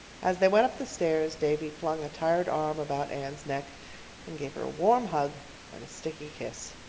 as they went up the stairs davy flung a tired arm about anne's neck and gave her a warm hug and a sticky kiss.